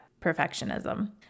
perfectionism